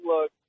look